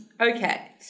Okay